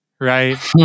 right